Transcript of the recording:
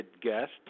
guest